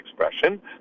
expression